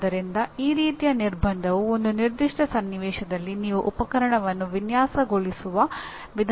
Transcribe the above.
ಆದ್ದರಿಂದ ಈ ರೀತಿಯ ನಿರ್ಬಂಧವು ಒಂದು ನಿರ್ದಿಷ್ಟ ಸನ್ನಿವೇಶದಲ್ಲಿ ನೀವು ಉಪಕರಣವನ್ನು ವಿನ್ಯಾಸಗೊಳಿಸುವ ವಿಧಾನಕ್ಕೆ ಅನುವಾದಿಸುತ್ತದೆ